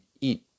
eat